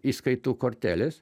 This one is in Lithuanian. įskaitų kortelės